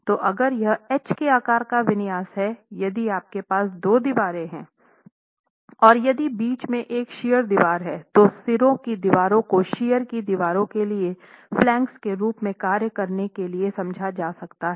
तो अगर यह h के आकार का विन्यास हैं यदि आपके पास दो दीवारें हैं और यदि बीच में एक शियर दीवार है तो सिरों की दीवारों को शियर की दीवार के लिए फ्लांगेस के रूप में कार्य करने के लिए समझा जा सकता है